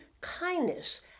kindness